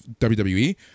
wwe